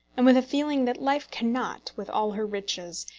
and with a feeling that life can not, with all her riches,